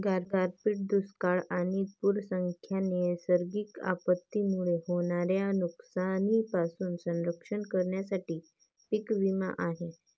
गारपीट, दुष्काळ आणि पूर यांसारख्या नैसर्गिक आपत्तींमुळे होणाऱ्या नुकसानीपासून संरक्षण करण्यासाठी पीक विमा आहे